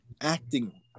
acting